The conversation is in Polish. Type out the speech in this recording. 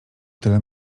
tyle